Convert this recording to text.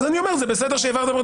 אני אומר שזה בסדר שהבהרתם.